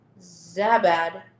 Zabad